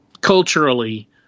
culturally